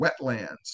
wetlands